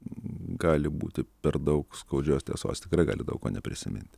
gali būti per daug skaudžios tiesos tikrai gali daug ko neprisiminti